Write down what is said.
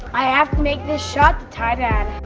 i have to make this shot to tie dad.